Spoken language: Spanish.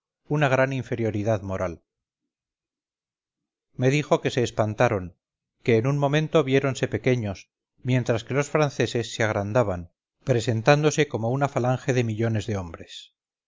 una gran inferioridad moral me dijo que se espantaron que en un momento viéronse pequeños mientras que los franceses se agrandaban presentándose como una falange de millones de hombres